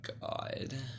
god